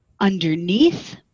underneath